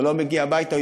או לא מגיע הביתה,